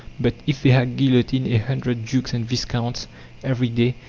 but if they had guillotined a hundred dukes and viscounts every day,